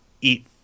eat